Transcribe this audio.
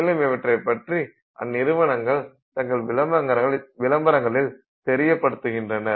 மேலும் இவற்றைப்பற்றி அந்நிறுவனங்கள் தங்கள் விளம்பரங்களில் தெரியப்படுத்துகின்றனர்